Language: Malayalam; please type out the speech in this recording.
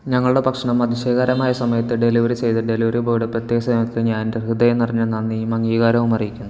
ഞങ്ങളുടെ ഭക്ഷണം അതിശയകരമായ സമയത്ത് ഡെലിവറി ചെയ്ത ഡെലിവറി ബോയ്ടെ പ്രത്യേക സേവനത്തിന് ഞാനെൻ്റെ ഹൃദയം നിറഞ്ഞ നന്ദിയും അംഗീകാരവും അറിയിക്കുന്നു